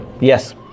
Yes